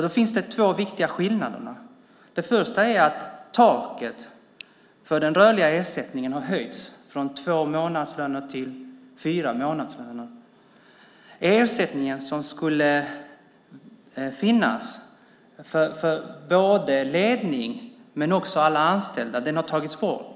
Det finns två viktiga skillnader. Taket för den rörliga ersättningen har höjts från två månadslöner till fyra månadslöner, och ersättningen som skulle finnas för både ledning och alla anställda har tagits bort.